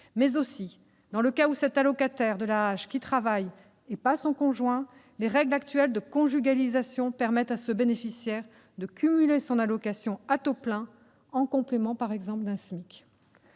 1,8 SMIC. Dans le cas où c'est l'allocataire de l'AAH qui travaille, et pas son conjoint, les règles actuelles de « conjugalisation » permettent à ce bénéficiaire de cumuler son allocation à taux plein en complément, par exemple, d'un SMIC.